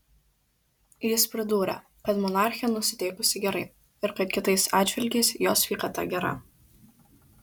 jis pridūrė kad monarchė nusiteikusi gerai ir kad kitais atžvilgiais jos sveikata gera